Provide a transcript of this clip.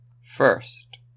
First